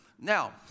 Now